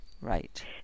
Right